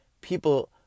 people